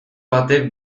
batek